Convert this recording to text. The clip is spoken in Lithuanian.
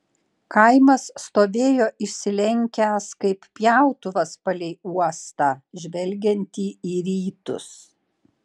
kaimas stovėjo išsilenkęs kaip pjautuvas palei uostą žvelgiantį į rytus